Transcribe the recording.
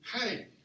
Hey